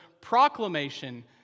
proclamation